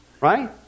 Right